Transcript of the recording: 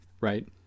right